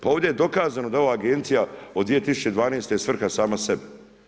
Pa ovdje je dokazano da ova agencija od 2012. je svrha sama sebi.